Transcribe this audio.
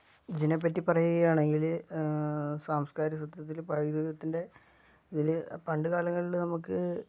കിച്ചനെപ്പറ്റി പറയുകയാണെങ്കില് സാംസ്കാരികസത്യത്തില് പൈതൃകത്തിൻ്റെ ഇതില് പണ്ട് കാലങ്ങളില് നമുക്ക്